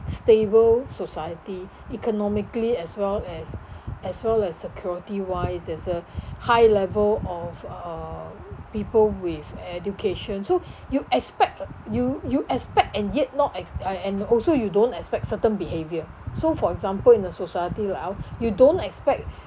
stable society economically as well as as well as security wise there's a high level of uh people with education so you expect you you expect and yet not ex~ uh and also you don't expect certain behaviour so for example in the society lah you don't expect